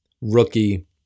rookie